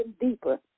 deeper